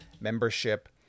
membership